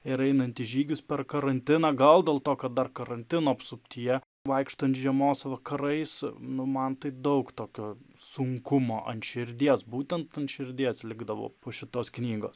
ir einant į žygius per karantiną gal dėl to kad dar karantino apsuptyje vaikštant žiemos vakarais nu man tai daug tokio sunkumo ant širdies būtent ant širdies likdavo po šitos knygos